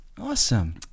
Awesome